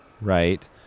Right